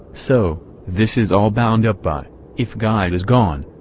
so, this is all bound up by if god is gone,